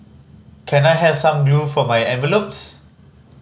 can I have some glue for my envelopes